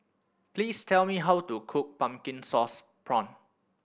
please tell me how to cook pumpkin sauce prawn